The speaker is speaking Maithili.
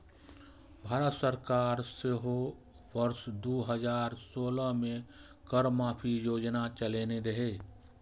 भारत सरकार सेहो वर्ष दू हजार सोलह मे कर माफी योजना चलेने रहै